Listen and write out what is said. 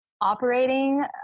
operating